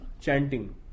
chanting